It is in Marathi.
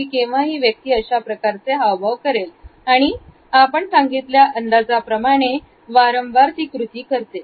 आणि हे नेहमी सांगितलेल्या अंदाजाप्रमाणे वारंवार होते